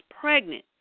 pregnant